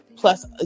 Plus